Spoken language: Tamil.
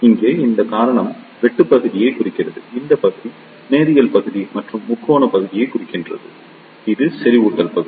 இங்கே இந்த காரணம் வெட்டுப் பகுதியைக் குறிக்கிறது இந்த பகுதி நேரியல் பகுதி அல்லது முக்கோணப் பகுதியைக் குறிக்கிறது மற்றும் இது செறிவூட்டல் பகுதி